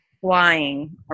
flying